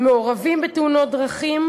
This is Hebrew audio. הם מעורבים בתאונות דרכים,